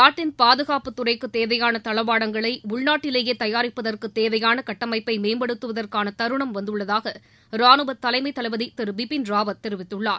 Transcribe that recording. நாட்டின் பாதுகாப்புத் துறைக்கு தேவையான தளவாடங்களை உள்நாட்டிலேயே தயாரிப்பதற்குத் தேவையான கட்டமைப்பை மேம்படுத்துவதற்கான தருணம் வந்துள்ளதாக ராணுவத் தலைமைத் தளபதி திரு பிபின் ராவத் தெரிவித்துள்ளார்